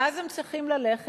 ואז הם צריכים ללכת,